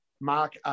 Mark